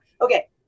Okay